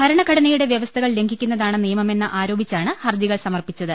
ഭര ണഘടനയുടെ വൃവസ്ഥകൾ ലംഘിക്കുന്നതാണ് നിയമമെന്ന് ആരോപിച്ചാണ് ഹർജികൾ സമർപ്പിച്ചത്